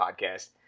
podcast